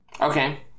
Okay